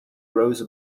rose